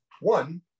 one